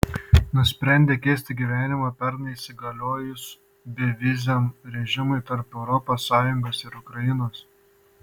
nusprendė keisti gyvenimą pernai įsigaliojus beviziam režimui tarp europos sąjungos ir ukrainos